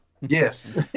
Yes